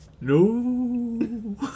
No